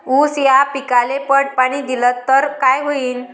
ऊस या पिकाले पट पाणी देल्ल तर काय होईन?